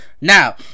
now